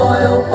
Oil